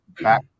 back